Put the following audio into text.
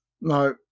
no